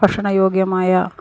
ഭക്ഷണ യോഗ്യമായ